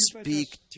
speak